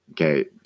okay